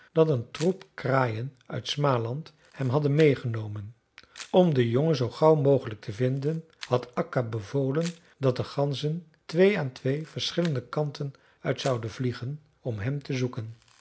dat een troep kraaien uit smaland hem hadden meêgenomen om den jongen zoo gauw mogelijk te vinden had akka bevolen dat de ganzen twee aan twee verschillende kanten uit zouden vliegen om hem te zoeken